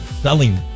selling